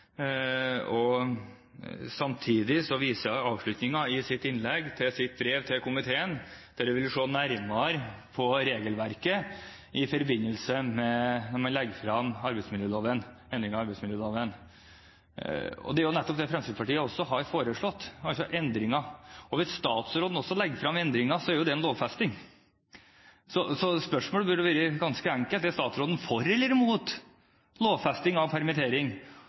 Samtidig viser hun i avslutningen i sitt innlegg til sitt brev til komiteen, der hun sier hun vil se nærmere på regelverket i forbindelse med at man legger frem endringer i arbeidsmiljøloven. Det er nettopp det Fremskrittspartiet har foreslått, altså endringer, og hvis statsråden også legger frem forslag til endringer, er jo det en lovfesting. Så spørsmålet burde være ganske enkelt: Er statsråden for eller imot lovfesting av permittering?